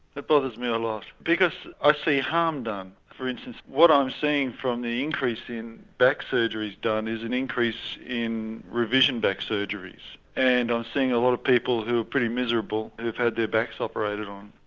that bothers me a lot because i see harm done. for instance what i'm seeing from the increase in back surgeries done is an increase in revision back surgeries. and i'm seeing a lot of people who are pretty miserable who have had their backs operated on.